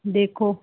ਦੇਖੋ